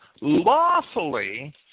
lawfully